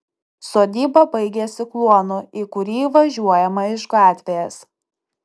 sodyba baigiasi kluonu į kurį įvažiuojama iš gatvės